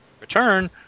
return